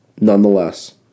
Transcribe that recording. nonetheless